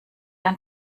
ein